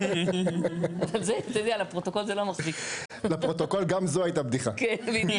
זה סופר קריטי, באמת